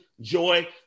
joy